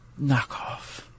Knockoff